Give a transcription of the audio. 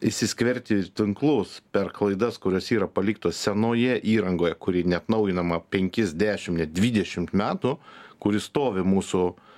įsiskverbti į tinklus per klaidas kurios yra paliktos senoje įrangoje kuri neatnaujinama penkis dešim dvidešim metų kuri stovi mūsų